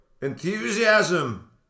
enthusiasm